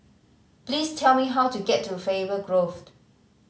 please tell me how to get to Faber Grove